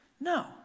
No